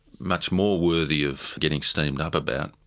much more worthy of getting steamed up about.